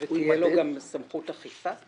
תהיה לו גם סמכות אכיפה?